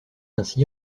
ainsi